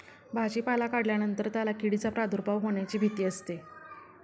भाजीपाला काढल्यानंतर त्याला किडींचा प्रादुर्भाव होण्याची भीती असते